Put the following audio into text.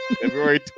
February